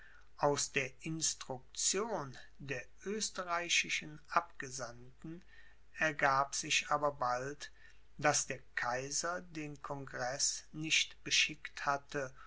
aus der instruktion der österreichischen abgesandten ergab sich aber bald daß der kaiser den congreß nicht beschickt hatte